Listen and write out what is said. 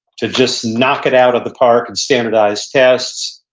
to just knock it out of the park in standardized tests,